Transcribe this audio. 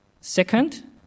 Second